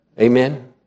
Amen